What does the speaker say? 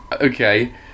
Okay